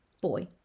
boy